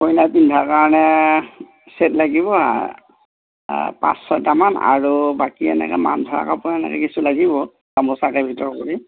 কইনাই পিন্ধা কাৰণে ছেট লাগিব পাঁচ ছয়টা মান আৰু বাকী এনেকে মান ধৰা কাপোৰ এনেকে কিছু লাগিব গামোচাকে ভিতৰ কৰি